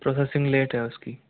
processing late है उसकी